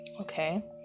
Okay